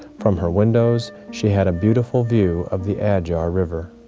from her windows she had a beautiful view of the adyar river.